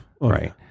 Right